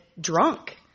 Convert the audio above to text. drunk